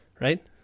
right